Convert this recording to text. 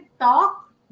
talk